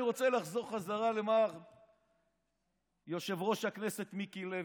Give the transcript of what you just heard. אני רוצה לחזור בחזרה למר יושב-ראש הכנסת מיקי לוי.